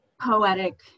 poetic